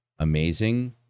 Amazing